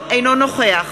אינו נוכח